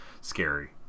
scary